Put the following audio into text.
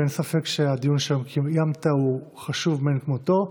אין ספק שהדיון שקיימת הוא חשוב מאין כמותו.